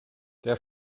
der